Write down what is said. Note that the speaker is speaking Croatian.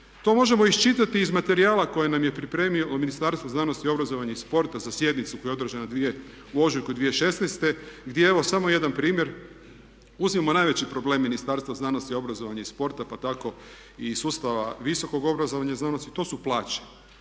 To možemo iščitati iz materijala koje nam je pripremilo Ministarstvo znanosti, obrazovanja i sporta za sjednicu koja je održana u ožujku 2016. gdje evo samo jedan primjer, uzmimo najveći problem Ministarstva znanosti, obrazovanja i sporta pa tako i sustava visokog obrazovanja i znanosti, to su plaće.